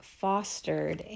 fostered